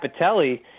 Capitelli